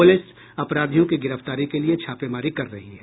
police अपराधियों की गिरफ्तारी के लिये छापेमारी कर रही है